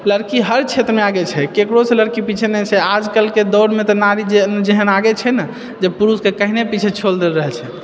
लड़की हर क्षेत्रमे आगे छै केकरोसँ लड़की पीछे नहि छै आजकलके दौड़मे तऽ नारी जे जेहेन आगे जे छै ने जे पुरुष के कही नहि पीछे छोड़ि रहल छै